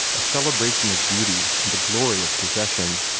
a celebration of beauty and the glory of possession,